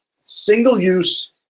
single-use